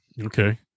okay